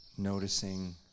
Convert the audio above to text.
noticing